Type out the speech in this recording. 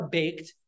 baked